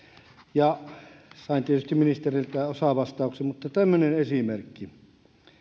sain tietysti ministeriltä osavastauksen mutta tämmöinen esimerkki